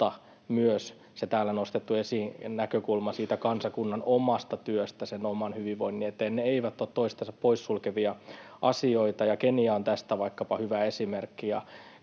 myös se täällä esiin nostettu näkökulma kansakunnan omasta työstä sen oman hyvinvoinnin eteen. Ne eivät ole toisiaan poissulkevia asioita, ja vaikkapa Kenia on tästä hyvä esimerkki.